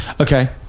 Okay